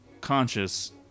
conscious